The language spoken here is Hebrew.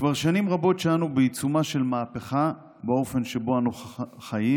כבר שנים רבות אנו בעיצומה של מהפכה באופן שבו אנו חיים,